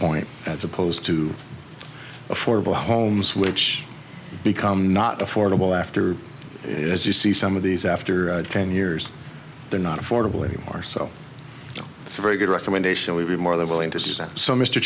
point as opposed to affordable homes which become not affordable after as you see some of these after ten years they're not affordable anymore so that's a very good recommendation would be more than willing to send so mr